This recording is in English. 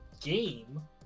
game